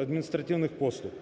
адміністративних послуг,